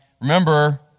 Remember